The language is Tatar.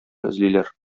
эзлиләр